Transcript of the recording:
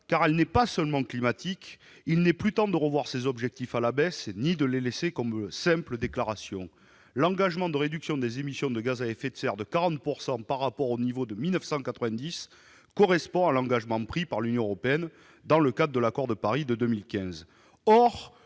et non pas seulement climatique -, il n'est plus temps de revoir les objectifs à la baisse ni d'en rester à de simples déclarations. L'engagement de réduction des émissions de gaz à effet de serre de 40 % par rapport à 1990 correspond à l'engagement pris par l'Union européenne dans le cadre de l'accord de Paris de 2015.